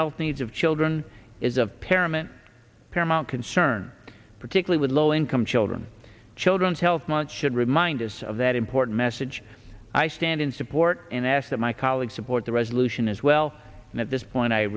health needs of children is of paramount paramount concern particularly with low income children children's health month should remind us of that important message i stand in support and ask that my colleagues support the resolution as well and at this point i